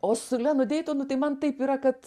o su lenu deitonu tai man taip yra kad